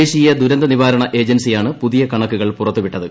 ദേശീയ ദുരന്ത നിവാരണ ഏജൻസിയാണ് പുതിയ കണക്കുകൾ പുറത്തുവിട്ടത്